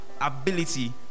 ability